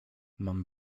mam